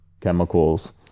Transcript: chemicals